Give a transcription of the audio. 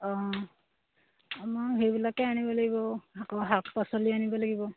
অঁ আমাৰ সেইবিলাকে আনিব লাগিব আকৌ শাক পাচলি আনিব লাগিব